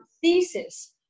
thesis